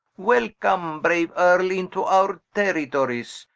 welcome braue earle into our territories,